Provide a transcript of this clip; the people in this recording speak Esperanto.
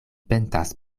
pentas